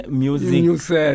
music